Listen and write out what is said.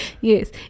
Yes